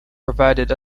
provided